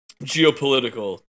geopolitical